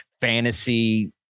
fantasy